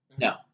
No